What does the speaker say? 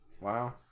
Wow